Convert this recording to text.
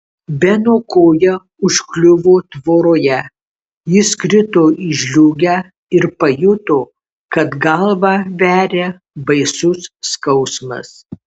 beno koja užkliuvo tvoroje jis krito į žliūgę ir pajuto kad galvą veria baisus skausmas